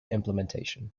implementation